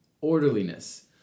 Orderliness